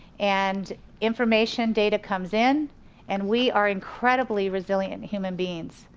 and information data comes in and we are incredibly resilient human beings.